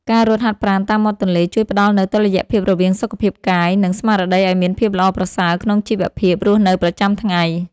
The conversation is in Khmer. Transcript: តាមរយៈការរៀបចំសម្ភារៈត្រឹមត្រូវ និងការតាំងចិត្តខ្ពស់ក្នុងការហាត់ប្រាណជាប្រចាំ យើងមិនត្រឹមតែទទួលបាននូវសុខភាពមាំមួន និងរាងកាយស្អាតបាតប៉ុណ្ណោះទេ ប៉ុន្តែថែមទាំងបានស្រូបយកថាមពលវិជ្ជមានពីធម្មជាតិ និងបរិយាកាសជុំវិញខ្លួន។។